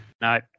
No